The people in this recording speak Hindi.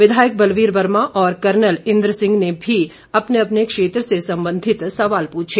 विधायक बलवीर वर्मा और कर्नल इंद्र सिंह ने भी अपने अपने क्षेत्र से संबंधित सवाल पूछे